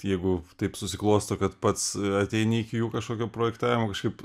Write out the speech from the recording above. jeigu taip susiklosto kad pats ateini iki jų kažkokio projektavimo kažkaip